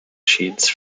sheets